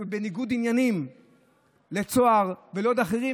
בניגוד עניינים לצוהר ולעוד אחרים.